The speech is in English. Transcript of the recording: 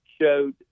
showed